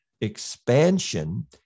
expansion